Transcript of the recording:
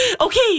Okay